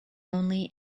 only